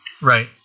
Right